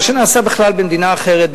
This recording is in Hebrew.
במה שנעשה בכלל במדינה אחרת,